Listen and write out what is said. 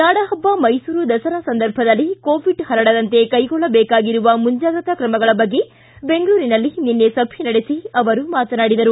ನಾಡಹಬ್ಬ ಮೈಸೂರು ದಸರಾ ಸಂದರ್ಭದಲ್ಲಿ ಕೋವಿಡ್ ಪರಡದಂತೆ ಕೈಗೊಳ್ಳಬೇಕಾಗಿರುವ ಮುಂಜಾಗ್ರತಾ ಕ್ರಮಗಳ ಬಗ್ಗೆ ಬೆಂಗಳೂರಿನಲ್ಲಿ ನಿನ್ನೆ ಸಭೆ ನಡೆಸಿ ಅವರು ಮಾತನಾಡಿದರು